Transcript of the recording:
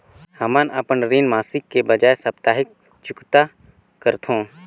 हमन अपन ऋण मासिक के बजाय साप्ताहिक चुकता करथों